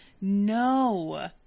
No